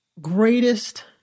greatest